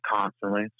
constantly